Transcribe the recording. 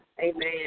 Amen